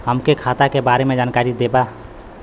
हमके खाता के बारे में जानकारी देदा?